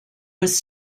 was